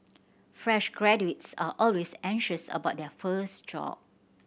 fresh graduates are always anxious about their first job